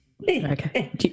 Okay